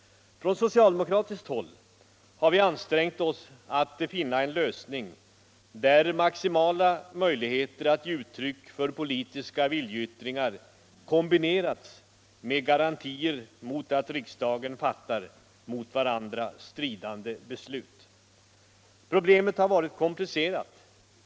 Från socialdemokratiskt håll har vi ansträngt oss att finna en lösning där maximala möjligheter att ge uttryck för politiska viljeyttringar kombinerats med garantier mot att riksdagen fattar mot varandra stridande beslut. Problemet har varit komplicerat.